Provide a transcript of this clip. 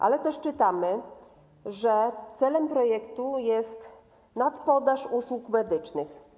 Ale też czytamy, że celem projektu jest nadpodaż usług medycznych.